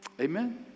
Amen